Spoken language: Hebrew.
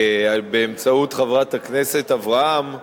באמצעות חברת הכנסת אברהם,